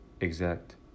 exact